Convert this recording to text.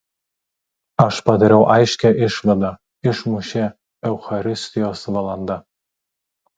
aš padariau aiškią išvadą išmušė eucharistijos valanda